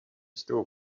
still